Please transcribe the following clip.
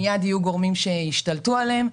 מייד יהיו גורמים שישתלטו עליהם.